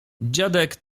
dziadek